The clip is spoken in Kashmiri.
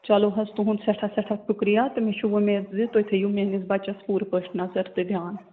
چلو حظ تُہُنٛد سٮ۪ٹھاہ سٮ۪ٹھاہ شُکریہ تہٕ مےٚ چھِ وُمید زِ تُہۍ تھٲوِو میٛٲنِس بَچَس پوٗرٕ پٲٹھۍ نظر تہٕ دِیان